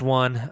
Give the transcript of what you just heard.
one